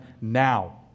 now